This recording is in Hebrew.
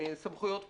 סמכויות פקחים.